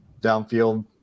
downfield